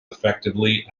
effectively